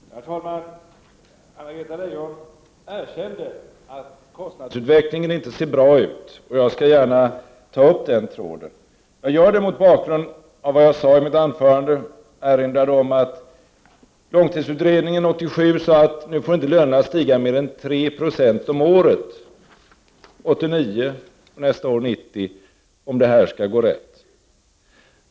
Herr talman! Anna-Greta Leijon erkände att kostnadsutvecklingen inte ser bra ut, och jag skall gärna ta upp den tråden. Jag gör det mot bakgrund av vad jag sade i mitt första anförande. Jag erinrade om att långtidsutredningen 1987 sade att nu får inte lönerna stiga mer än 3 26 om året 1989 och 1990, om det här skall gå bra.